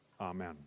Amen